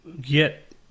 get